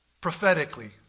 Prophetically